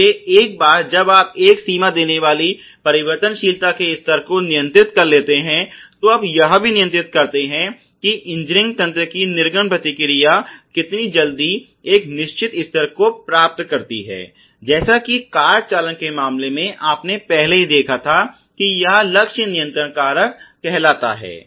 इसलिए एक बार जब आप एक सीमा देने वाली परिवर्तनशीलता के स्तर को नियंत्रित कर लेते हैं तो आप यह भी नियंत्रित करते हैं कि इंजीनियरिंग तंत्र की निर्गम प्रतिक्रिया कितनी जल्दी एक निश्चित स्तर को प्राप्त करती है जैसा कि कार चालन के मामले में आपने पहले ही देखा था कि यह लक्ष्य नियंत्रण कारक कहलाता है